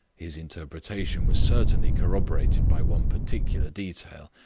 his interpretation was certainly corroborated by one particular detail,